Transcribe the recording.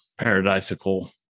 paradisical